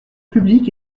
publiques